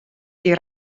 che